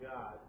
God